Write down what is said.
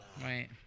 Right